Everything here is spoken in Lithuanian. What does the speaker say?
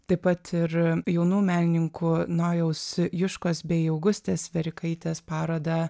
taip pat ir jaunų menininkų nojaus juškos bei augustės verikaitės parodą